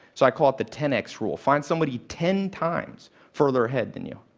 so i call it the ten x rule find somebody ten times further ahead than you.